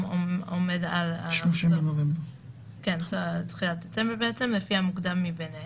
עומד על תחילת דצמבר "לפי המוקדם מבניהם".